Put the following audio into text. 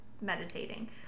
meditating